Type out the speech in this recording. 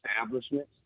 establishments